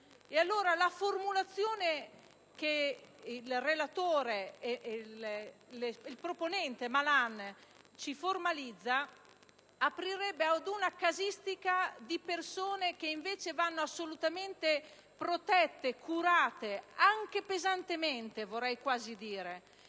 alla vita. La formulazione che il relatore e il proponente Malan ci formalizzano aprirebbe allora ad una casistica di persone che invece vanno assolutamente protette e curate (anche pesantemente, vorrei quasi dire),